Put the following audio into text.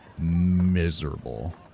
miserable